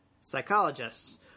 psychologists